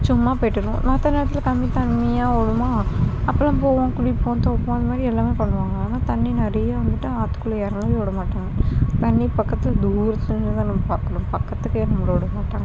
சும்மா போயிட்டு வருவோம் மற்ற நேரத்தில் தண்ணி கம்மியாக ஓடுமா அப்போல்லாம் போவோம் குளிப்போம் துவைப்போம் அந்தமாதிரி எல்லாமே பண்ணுவாங்க ஆனால் தண்ணி நிறையா வந்துட்டால் ஆற்றுக்குள்ள இறங்க விட மாட்டாங்க தண்ணி பக்கத்தில் தூரத்தில் நின்று தான் நம்ம பார்க்கணும் பக்கத்துக்கே நம்மள விட மாட்டாங்க